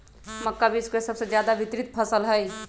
मक्का विश्व के सबसे ज्यादा वितरित फसल हई